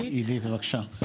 עידית, בבקשה.